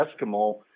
Eskimo